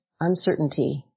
uncertainty